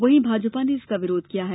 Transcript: वहीं भाजपा ने इसका विरोध किया है